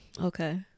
Okay